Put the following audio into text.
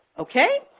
okay,